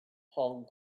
hong